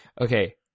okay